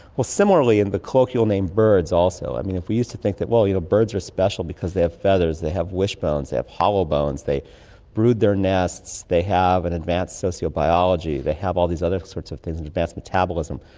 well, similarly in the colloquial name birds also. we used to think that you know birds are special because they have feathers, they have wish bones, they have hollow bones, they brood their nests, they have an and advanced socio-biology, they have all these other sorts of things, an advanced metabolism.